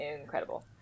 incredible